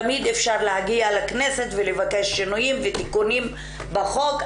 תמיד אפשר להגיע לכנסת ולבקש שינויים ותיקונים בחוק,